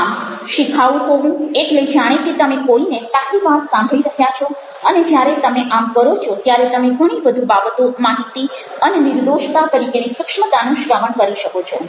આમ શીખાઉ હોઉં એટલે જાણે કે તમે કોઇને પહેલી વાર સાંભળી રહ્યા છો અને જ્યારે તમે આમ કરો છો ત્યારે તમે ઘણી વધુ બાબતો માહિતી અને નિર્દોષતા તરીકેની સૂક્ષ્મતાનું શ્રવણ કરી શકો છો